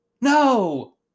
no